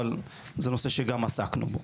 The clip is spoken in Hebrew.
אבל זה נושא שגם עסקנו בו.